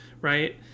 right